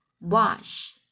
wash